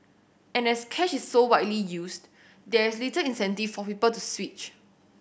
and as cash is so widely used there's little incentive for people to switch